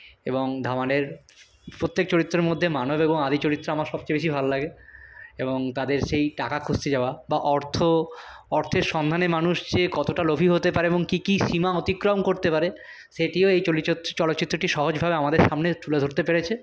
এবং ধামালের প্রত্যেক চরিত্রর মধ্যে মানব এবং আদি চরিত্র আমার সবচেয়ে বেশি ভাললাগে এবং তাদের সেই টাকা খুঁজতে যাওয়া বা অর্থ অর্থের সন্ধানে মানুষ যে কতটা লোভী হতে পারে এবং কী কী সীমা অতিক্রম করতে পারে সেটিও এই চলচ্চিত্রটি সহজভাবে আমাদের সামনে তুলে ধরতে পেরেছে